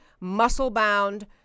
muscle-bound